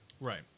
Right